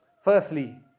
firstly